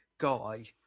guy